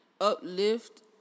uplift